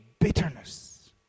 bitterness